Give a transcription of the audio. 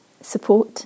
Support